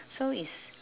so is